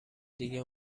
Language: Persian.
دیگه